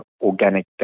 organic